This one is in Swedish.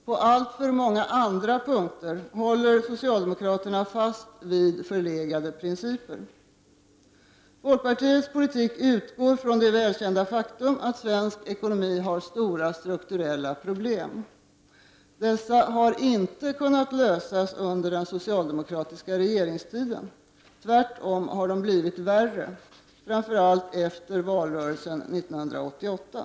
På alltför många andra områden håller socialdemokraterna fast vid förlegade principer. Folkpartiets politik utgår från det välkända faktum att svensk ekonomi har stora strukturella problem. Dessa har inte kunnat lösas under den socialdemokratiska regeringstiden. De har tvärtom blivit värre, framför allt efter valrörelsen 1988. .